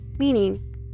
Meaning